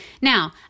Now